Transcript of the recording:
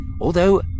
Although